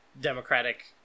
Democratic